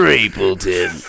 Rapleton